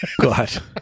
God